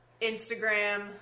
Instagram